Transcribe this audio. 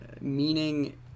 meaning